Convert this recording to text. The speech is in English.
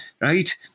right